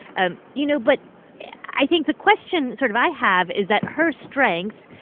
and you know, but i think the question sort of i have is that her strength,